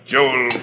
Joel